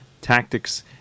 tactics